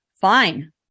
fine